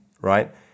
right